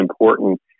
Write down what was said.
important